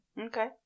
Okay